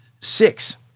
six